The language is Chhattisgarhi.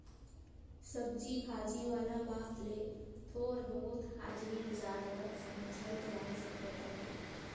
सब्जी भाजी वाला बात ले थोर बहुत हाजरी बजार ल समुझल जाए सकत अहे